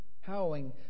howling